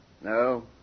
No